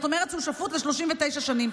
זאת אומרת, הוא שפוט ל-39 שנים.